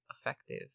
effective